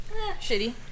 Shitty